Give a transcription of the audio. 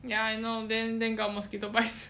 ya I know then then got mosquito bite